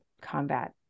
combat